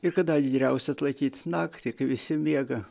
ir kada gi geriausia atlaikyt naktį kai visi miega